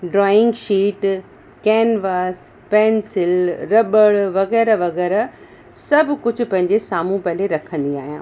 drawing sheet canvas pencil rubber वग़ैरह वग़ैरह सभु कुझु पंहिंजे साम्हूं पहिले रखंदी आहियां